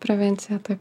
prevencija taip